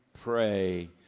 pray